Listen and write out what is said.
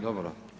Dobro.